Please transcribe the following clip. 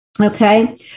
Okay